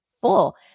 full